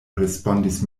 respondis